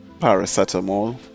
paracetamol